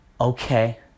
okay